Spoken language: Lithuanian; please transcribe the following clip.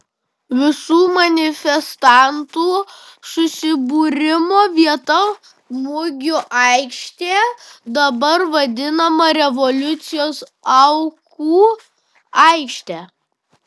visų manifestantų susibūrimo vieta mugių aikštė dabar vadinama revoliucijos aukų aikšte